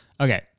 Okay